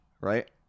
Right